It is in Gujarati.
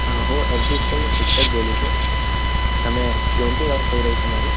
હું એફ ડી સ્કૂલનો શિક્ષક બોલું છું તમે પ્યૂનથી વાત થઈ રહી છે મારી